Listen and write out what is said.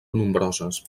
nombroses